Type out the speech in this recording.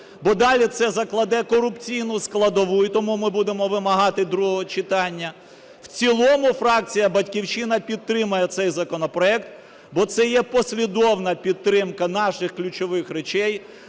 бо далі це закладе корупційну складову і тому ми будемо вимагати другого читання. В цілому фракція "Батьківщина" підтримає цей законопроект, бо це є послідовна підтримка наших ключових речей,